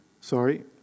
sorry